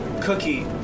Cookie